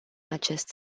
acest